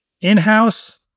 In-house